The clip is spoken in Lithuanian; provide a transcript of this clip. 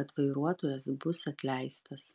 kad vairuotojas bus atleistas